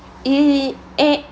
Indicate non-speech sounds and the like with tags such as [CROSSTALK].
[NOISE]